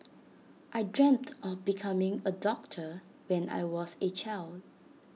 I dreamt of becoming A doctor when I was A child